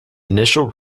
initial